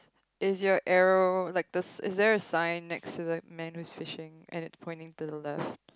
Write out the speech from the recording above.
is your arrow like the is there a sign next to the man who's fishing and it's pointing to the left